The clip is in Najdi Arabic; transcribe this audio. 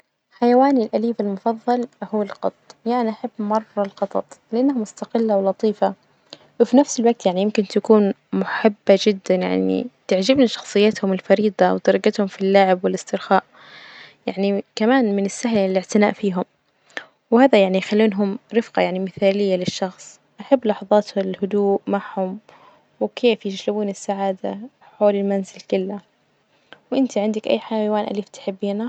حيواني الأليف المفظل هو القط، يعني أحب مرة القطط لإنها مستقلة ولطيفة، وفي نفس الوجت يعني يمكن تكون محبة جدا، يعني تعجبني شخصيتهم الفريدة وطريجتهم في اللعب والإسترخاء، يعني كمان من السهل الإعتناء فيهم، وهذا يعني يخلونهم رفقة يعني مثالية للشخص، أحب لحظات الهدوء معهم وكيف يجلبون السعادة حول المنزل كله، وإنتي عندك أي حيوان أليف تحبينه?